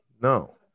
No